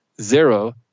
zero